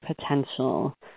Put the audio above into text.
potential